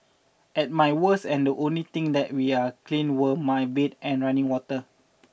at my worst and the only things that we are clean were my bed and running water